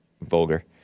vulgar